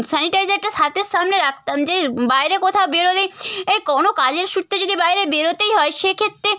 স্যানিটাইজারটা স্ হাতের সামনে রাখতাম যে বাইরে কোথাও বেরোলে এ কোনো কাজের সূত্রে যদি বাইরে বেরোতেই হয় সেক্ষেত্রে